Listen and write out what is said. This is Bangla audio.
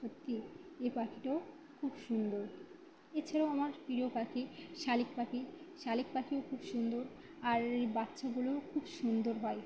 সত্যি এই পাখিটাও খুব সুন্দর এ ছাড়াও আমার প্রিয় পাখি শালিক পাখি শালিক পাখিও খুব সুন্দর আর এর বাচ্চাগুলোও খুব সুন্দর হয়